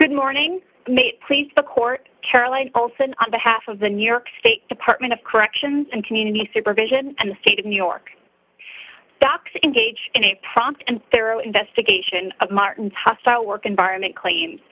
good morning may please the court caroline olsen on behalf of the new york state department of corrections and community supervision and the state of new york docks in gage in a prompt and their investigation of martin's hostile work environment claims